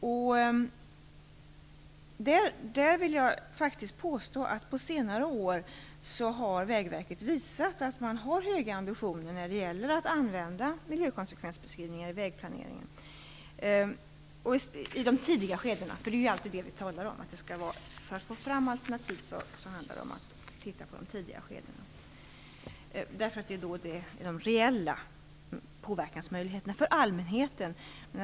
Jag vill också påstå att Vägverket på senare år har visat att man har höga ambitioner när det gäller att använda miljökonsekvensbeskrivningar i vägplaneringen i de tidiga skedena. Det är ju det vi talar om: För att få fram alternativ måste man titta på de tidiga skedena. Det är då de reella påverkansmöjligheterna för allmänheten finns.